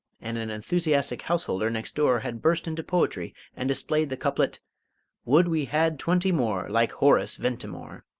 and an enthusiastic householder next door had burst into poetry and displayed the couplet would we had twenty more like horace ventimore!